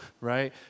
right